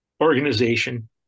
organization